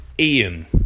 ian